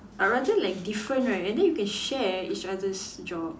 I rather like different right and then you can share each other's job